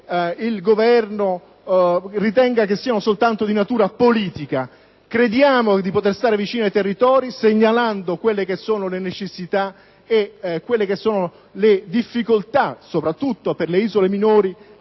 il Governo ritenga che siano soltanto di natura politica. Crediamo di poter stare vicino ai territori segnalando le loro necessità e le difficoltà, soprattutto per le isole minori,